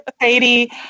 Sadie